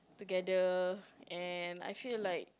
together and I feel like